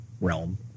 realm